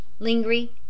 Lingry